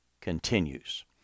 continues